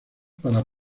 para